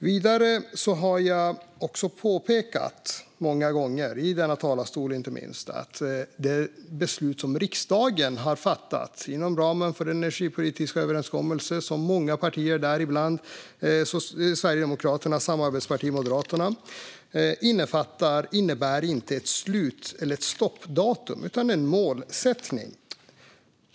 Vidare har jag många gånger från talarstolen påpekat att det beslut som riksdagen har fattat inom ramen för den energipolitiska överenskommelsen med många partier, däribland Sverigedemokraterna och samarbetspartiet Moderaterna, har inneburit inte ett stoppdatum utan en målsättning.